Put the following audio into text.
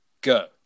Go